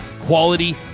Quality